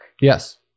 Yes